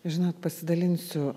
žinot pasidalinsiu